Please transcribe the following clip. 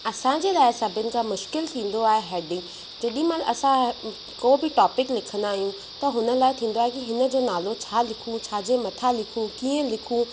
असांजे जे लाइ सभिनि खां मुश्किल थींदो आहे हेडिंग जेॾीमहिल असां को बि टॉपिक लिखंदा आहियूं त हुन लाहे थींदो आहे की हिनजो नालो छा लिखूं छाजे मथां लिखूं कीअं लिखूं